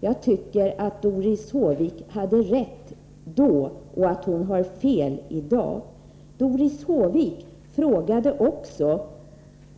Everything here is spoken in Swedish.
Jag tycker att Doris Håvik hade rätt då och att hon har fel i dag. Doris Håvik frågade också: